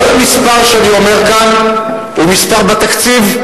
כל מספר שאני אומר כאן הוא מספר בתקציב,